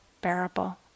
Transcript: bearable